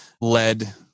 led